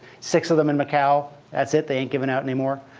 six of them in macau. that's it. they ain't giving out any more.